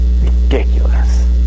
ridiculous